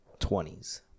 20s